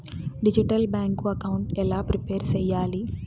Digital bank account ఎలా prepare సెయ్యాలి?